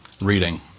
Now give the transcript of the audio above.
reading